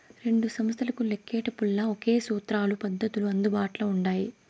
రెండు సంస్తలకు లెక్కేటపుల్ల ఒకే సూత్రాలు, పద్దతులు అందుబాట్ల ఉండాయి